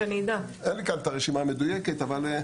אין לי כאן את הרשימה המדויקת ואני גם